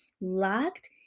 locked